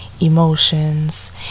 emotions